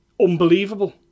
unbelievable